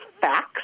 facts